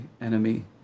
enemy